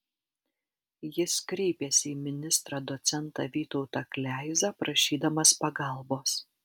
jis kreipėsi į ministrą docentą vytautą kleizą prašydamas pagalbos